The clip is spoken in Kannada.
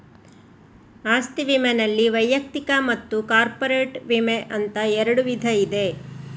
ಆಸ್ತಿ ವಿಮೆನಲ್ಲಿ ವೈಯಕ್ತಿಕ ಮತ್ತು ಕಾರ್ಪೊರೇಟ್ ವಿಮೆ ಅಂತ ಎರಡು ವಿಧ ಇದೆ